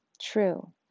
true